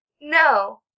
No